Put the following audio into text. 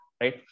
right